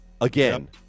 again